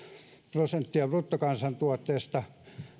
prosenttia bruttokansantuotteesta